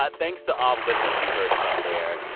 but thanks to all the listeners we heard from there.